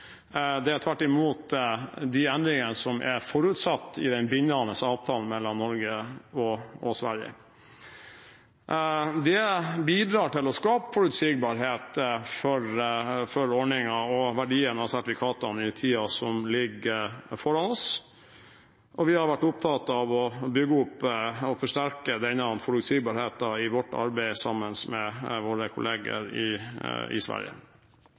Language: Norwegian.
Det er tvert imot de endringene som er forutsatt i den bindende avtalen mellom Norge og Sverige. Det bidrar til å skape forutsigbarhet for ordningen og verdien av sertifikatene i tiden som ligger foran oss, og vi har vært opptatt av å bygge opp og forsterke denne forutsigbarheten i vårt arbeid sammen med våre kolleger i Sverige.